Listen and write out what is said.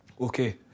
okay